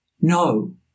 No